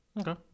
Okay